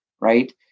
Right